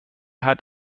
hat